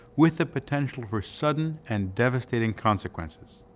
with the potential for sudden and devastating consequences.